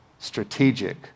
Strategic